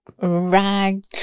Rag